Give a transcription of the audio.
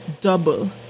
double